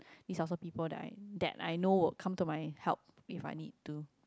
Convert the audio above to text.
these are also people that that I know will come to my help if I need too